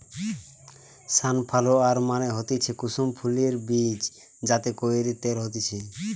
sunflower মানে হতিছে কুসুম ফুলের বীজ যাতে কইরে তেল হতিছে